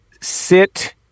sit